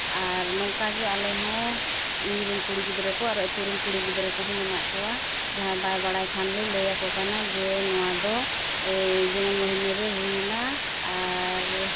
ᱟᱨ ᱱᱚᱝᱠᱟᱜᱮ ᱟᱞᱮᱦᱚᱸ ᱤᱧ ᱨᱮᱱ ᱠᱩᱲᱤ ᱜᱤᱫᱽᱨᱟᱹ ᱠᱚ ᱟᱨ ᱟᱹᱛᱩ ᱨᱮᱱ ᱠᱩᱲᱤ ᱜᱤᱫᱽᱨᱟᱹ ᱠᱚᱦᱚᱸ ᱢᱮᱱᱟᱜ ᱠᱚᱣᱟ ᱡᱟᱦᱟᱸᱭ ᱵᱟᱭ ᱵᱟᱲᱟᱭ ᱠᱷᱟᱱ ᱞᱮ ᱞᱟᱹᱭ ᱟᱠᱚ ᱠᱟᱱᱟ ᱡᱮ ᱱᱚᱣᱟ ᱫᱚ ᱢᱟᱹᱦᱱᱟᱹ ᱨᱮ ᱦᱩᱭᱱᱟ ᱟᱨ